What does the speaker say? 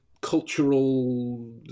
cultural